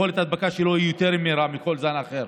יכולת ההדבקה שלו יותר מהירה מכל זן אחר,